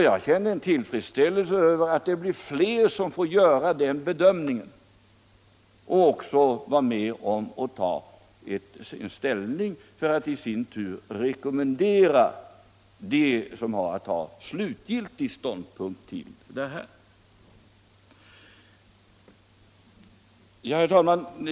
Jag känner tillfredsställelse över att det blir fler som får göra den bedömningen och vara med att och ta ställning till rekommendationerna till dem som har att ta slutgiltig ståndpunkt.